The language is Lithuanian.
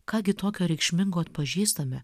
ką gi tokio reikšmingo atpažįstame